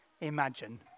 imagine